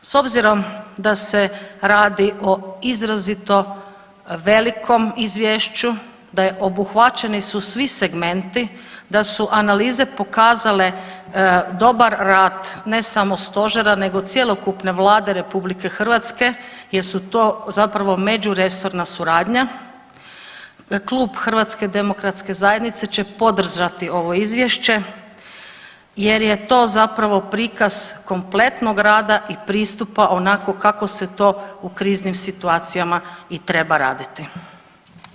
S obzirom da se radi o izrazito velikom izvješću, da je obuhvaćeni su svi segmenti, da su analize pokazale dobar rad ne samo stožera nego cjelokupne Vlade RH jel su to zapravo međuresorna suradnja, Klub HDZ-a će podržati ovo izvješće jer je to zapravo prikaz kompletnog rada i pristupa onako kako se to u kriznim situacijama i treba raditi.